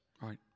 Right